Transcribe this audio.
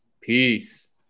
Peace